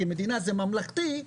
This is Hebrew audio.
כי המדינה זה ממלכתי,